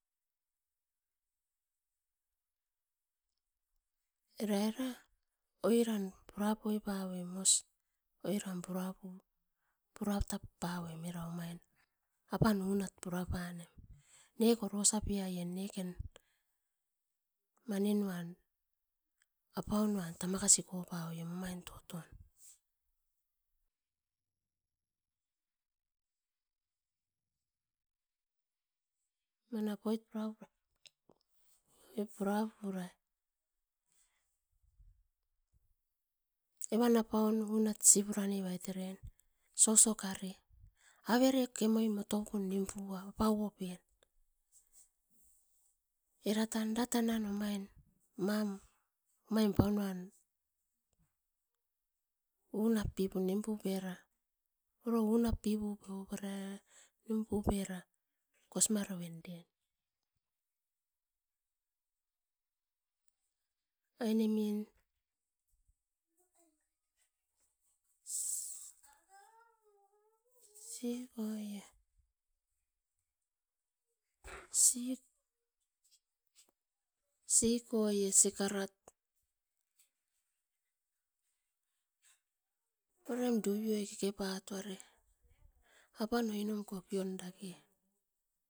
Era era oiran purapopavoi mos oiran purapum puratapavoi eram omain apan unat purapanem neko orosapie neken maninuan apaunuan tamakasikopaoim omain toton manap oit purapurai evan apaun unat isipuranevait eren soso kare avere kemoi motopum nimpuave apauopen era tan era tan mahm omaim paunuam unap pipera oro unap pipu pe nimpupera kosimaredon eren ainemin siepoie sikarat orem duvioi kekepatuare apan oinom kopio dake